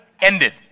ended